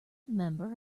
member